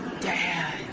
dad